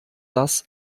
das